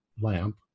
lamp